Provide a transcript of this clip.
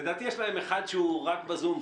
לדעתי, יש להם אחד שהוא רק בזום.